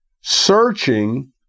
searching